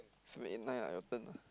seven eight nine ah your turn ah